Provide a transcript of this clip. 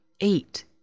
eight